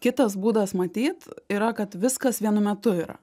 kitas būdas matyt yra kad viskas vienu metu yra